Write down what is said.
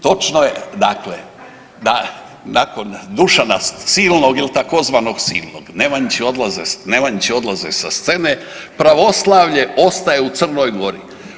Točno je dakle, da nakon Dušana Silnog ili tzv. Silnog Nemanjići odlaze sa scene, pravoslavlje ostaje u Crnog Gori.